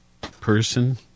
person